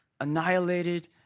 annihilated